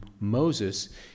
Moses